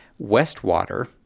Westwater